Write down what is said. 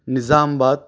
نظام آباد